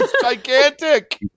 gigantic